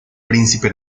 príncipe